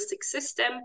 system